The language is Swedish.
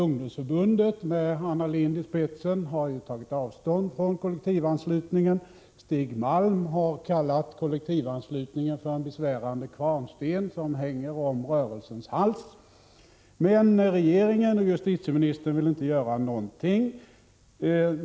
SSU, med Anna Lindh i spetsen, har tagit avstånd från kollektivanslutningen. Stig Malm har kallat kollektivanslutningen för en besvärande kvarnsten som hänger om rörelsens hals. Men regeringen och justitieministern vill inte göra någonting.